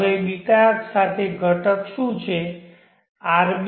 હવે b અક્ષ સાથે ઘટક શું છે rb